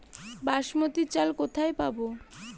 বাসমতী চাল কোথায় পাবো?